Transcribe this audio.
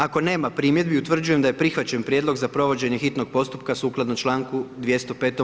Ako nema primjedbi, utvrđujem da je prihvaćen prijedlog za provođenje hitnog postupka sukladno čl. 205.